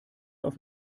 auf